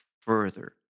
further